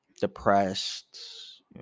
depressed